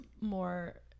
more